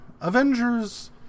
Avengers